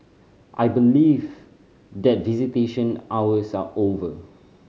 I believe that visitation hours are over